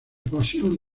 pasión